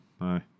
aye